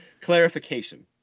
clarification